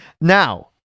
Now